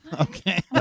Okay